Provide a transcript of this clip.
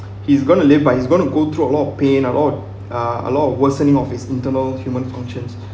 he's going to live by he's going to go through a lot of pain a lot uh a lot of worsening of its internal human conscience